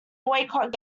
boycott